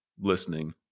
listening